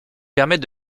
permet